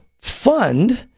fund